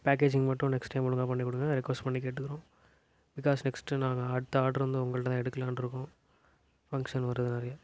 packaging மட்டும் next time ஒழுங்காக பண்ணிக் கொடுங்க ரெக்குவஸ்ட் பண்ணி கேட்டுக்கிறோம் பிக்காஸ் நெக்ஸ்ட்டு நாங்கள் அடுத்த ஆர்ட்ரு வந்து உங்ககிட்ட தான் எடுக்கலாம்ருக்கோம் ஃபங்க்ஷன் வருது நிறையா